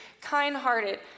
kind-hearted